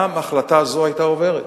גם ההחלטה הזו היתה עוברת,